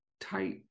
tight